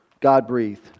God-breathed